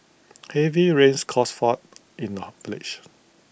heavy rains caused flood in the village